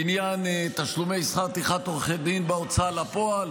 בעניין תשלומי שכר טרחת עורכי דין בהוצאה לפועל,